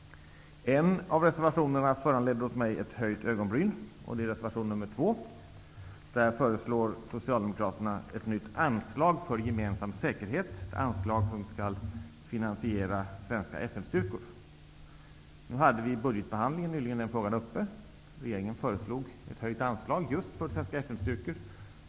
En av reservationerna föranleder mig att höja ett ögonbryn, och det är reservation nr 2. Där föreslår Socialdemokraterna ett nytt anslag för gemensam säkerhet som skall finansiera svenska FN-styrkor. I budgetbehandlingen nyligen tog vi upp den frågan. Regeringen föreslog ett höjt anslag just för svenska FN-styrkor.